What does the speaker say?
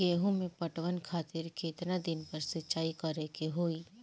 गेहूं में पटवन खातिर केतना दिन पर सिंचाई करें के होई?